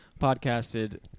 podcasted